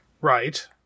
Right